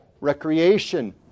recreation